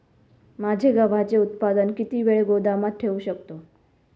माझे गव्हाचे उत्पादन किती वेळ गोदामात ठेवू शकतो?